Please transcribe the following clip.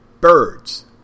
birds